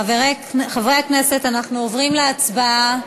חברי הכנסת, אנחנו עוברים להצבעה.